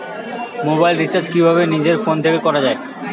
Mobile recharge কিভাবে নিজের phone থেকে করা য়ায়?